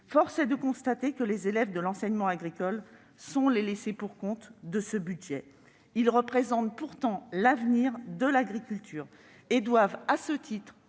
Force est de constater que les élèves de l'enseignement agricole sont les laissés-pour-compte de ce budget. Ils représentent pourtant l'avenir de l'agriculture ; à ce titre,